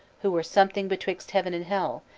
who were something betwixt heaven and hell,